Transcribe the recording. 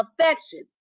affection